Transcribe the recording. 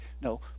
No